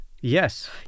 Yes